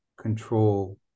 control